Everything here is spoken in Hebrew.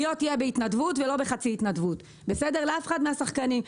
היא לא תהיה בהתנדבות ולא בחצי התנדבות לאף אחד מן השחקנים.